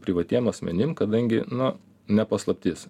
privatiem asmenim kadangi nu ne paslaptis